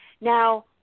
Now